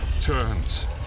turns